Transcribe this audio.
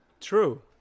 True